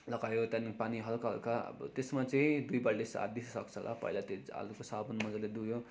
लगायो त्यहाँदेखि पानी हलका हलका अब त्यसमा चाहिँ दुई बाल्टी आधा जस्तो सक्छ होला पहिला त्यो जालो साबुन मजाले धोयो